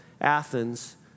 Athens